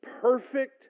perfect